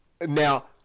Now